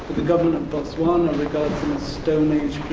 the government of botswana regards them as stone-age